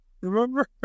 remember